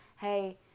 hey